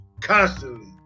constantly